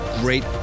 great